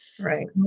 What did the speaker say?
Right